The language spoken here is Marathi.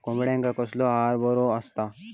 कोंबड्यांका कसलो आहार बरो असता?